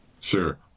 Sure